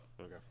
Okay